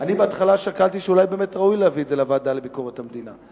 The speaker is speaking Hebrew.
אני בהתחלה שקלתי אולי באמת ראוי להביא את זה לוועדה לביקורת המדינה,